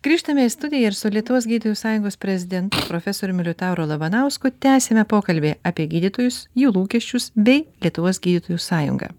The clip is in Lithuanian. grįžtame į studiją ir su lietuvos gydytojų sąjungos prezidentu profesoriumi liutauru labanausku tęsiame pokalbį apie gydytojus jų lūkesčius bei lietuvos gydytojų sąjungą